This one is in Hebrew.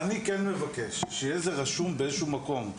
אני כן מבקש שיהיה רשום באיזה שהוא מקום.